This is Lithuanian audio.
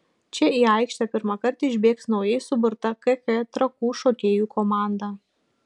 čia į aikštę pirmą kartą išbėgs naujai suburta kk trakų šokėjų komanda